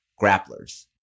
grapplers